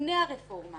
לפני הרפורמה